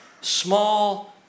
Small